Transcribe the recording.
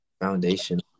foundation